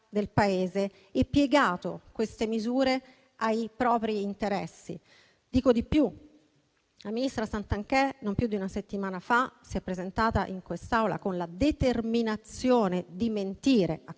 del Paese e piegato dette misure ai propri interessi. Dico di più: la ministra Santanchè, non più di una settimana fa, si è presentata in quest'Aula con la determinazione di mentire.